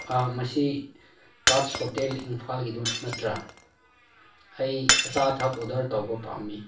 ꯃꯁꯤ ꯇꯥꯖ ꯍꯣꯇꯦꯜ ꯏꯝꯐꯥꯜꯒꯤꯗꯨ ꯅꯠꯇ꯭ꯔꯥ ꯑꯩ ꯑꯆꯥ ꯑꯊꯛ ꯑꯣꯗꯔ ꯇꯧꯕ ꯄꯥꯝꯃꯤ